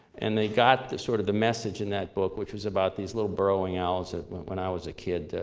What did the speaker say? and they got the sort of the message in that book, which was about these little burrowing owls that when i was a kid,